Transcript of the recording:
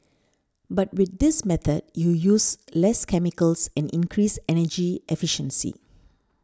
but with this method you use less chemicals and increase energy efficiency